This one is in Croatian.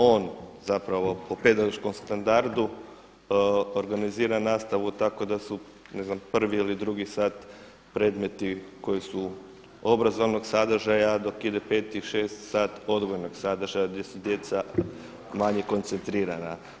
On zapravo po pedagoškom standardu organizira nastavu tako da su prvi ili drugi sat predmeti koji su obrazovnog sadržaja dok ide 5. i 6. sat odgojnog sadržaja gdje su djeca manje koncentrirana.